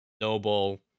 noble